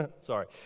Sorry